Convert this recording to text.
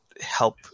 help